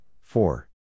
four